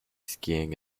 skiing